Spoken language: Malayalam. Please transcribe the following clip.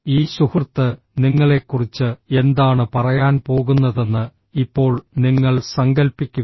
ഈ സുഹൃത്ത് നിങ്ങളെക്കുറിച്ച് എന്താണ് പറയാൻ പോകുന്നതെന്ന് ഇപ്പോൾ നിങ്ങൾ സങ്കൽപ്പിക്കുക